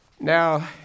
now